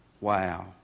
Wow